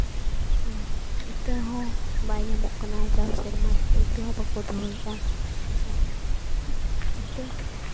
ᱤᱛᱟᱹ ᱦᱚᱸ ᱵᱟᱭ ᱧᱟᱢᱚᱜ ᱠᱟᱱᱟ ᱡᱟᱣ ᱥᱮᱨᱢᱟ ᱞᱮᱠᱟ ᱤᱛᱟᱹ ᱦᱚᱸ ᱵᱟᱠᱚ ᱫᱚᱦᱚᱭᱮᱫᱼᱟ ᱟᱨ ᱤᱛᱟᱹ